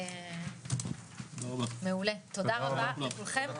תודה רבה לכולכם.